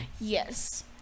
yes